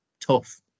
tough